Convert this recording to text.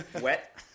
Wet